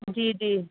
جی جی